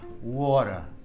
water